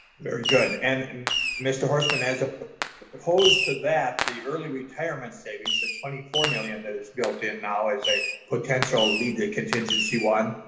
very good and mr. horstman as opposed to that, the early retirement savings, the twenty four million that is built in now as a potential lead to contingency one,